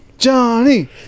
johnny